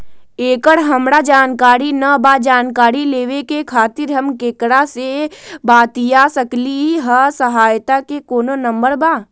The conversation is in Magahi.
एकर हमरा जानकारी न बा जानकारी लेवे के खातिर हम केकरा से बातिया सकली ह सहायता के कोनो नंबर बा?